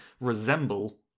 resemble